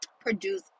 produce